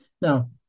Now